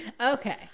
Okay